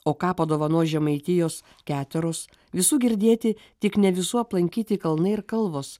o ką padovanos žemaitijos keteros visų girdėti tik ne visų aplankyti kalnai ir kalvos